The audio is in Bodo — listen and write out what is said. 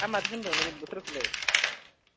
आरो माथो होनबावनो बे बोथोरखौलाय